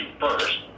first